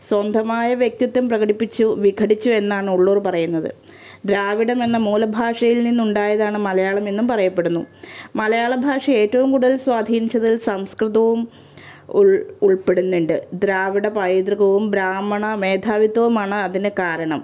സ്വന്തമായ വ്യക്തിത്വം പ്രകടിപ്പിച്ചു വിഘടിച്ചു എന്നാണ് ഉള്ളൂർ പറയുന്നത് ദ്രാവിഡം എന്ന മൂലഭാഷയിൽ നിന്നുണ്ടായതാണ് മലയാളമെന്നും പറയപ്പെടുന്നു മലയാള ഭാഷ ഏറ്റോം കൂടുതൽ സ്വാധീനിച്ചതിൽ സംസ്കൃതോം ഉൾ ഉൾപ്പെടുന്നുണ്ട് ദ്രാവിഡ പൈതൃകവും ബ്രാഹ്മണ മേധാവിത്വവുമാണ് അതിന് കാരണം